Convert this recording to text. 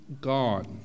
gone